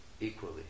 equally